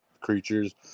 creatures